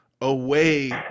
away